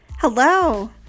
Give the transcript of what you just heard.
Hello